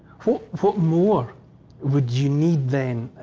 what more would you need, then,